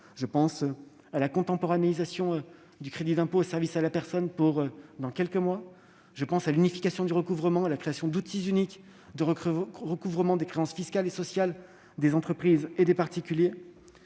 Je pense à la contemporanéisation du crédit d'impôt pour les services à la personne dans quelques mois, à l'unification du recouvrement, à la création d'outils uniques de recouvrement des créances fiscales et sociales des entreprises et des particuliers.